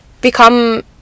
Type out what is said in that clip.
become